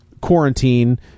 quarantine